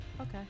Okay